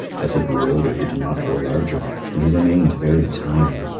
as he grew older he did not grow larger, and he remained very tiny.